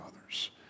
others